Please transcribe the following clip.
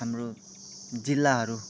हाम्रो जिल्लाहरू